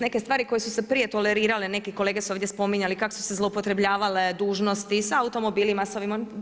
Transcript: Neke stvari koje su se prije tolerirale, neki kolege su ovdje spominjali kako su se zloupotrebljavale dužnosti, sa automobilima, sa ovim, sa onim.